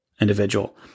individual